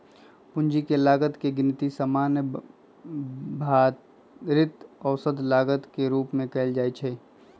पूंजी के लागत के गिनती सामान्य भारित औसत लागत के रूप में कयल जाइ छइ